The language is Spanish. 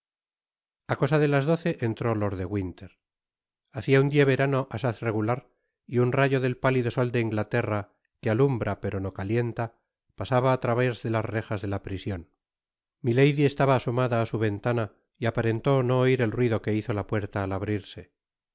a cosa de las doce enlró lord de winter content from google book search generated at hacia un dia de verano asa z regular y un rayo del pálido sol de inglaterra que alumbra pero no calienta pasaba á través de las rejas de la prisiotí milady estaba asomada á su ventana y aparentó no oir el ruido que hizo la puerta al abrirse ah